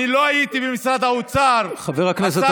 אני יושב באוצר, אני יודע מה עשינו.